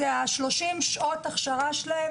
זה 30 שעות הכשרה שלהם.